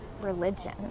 religion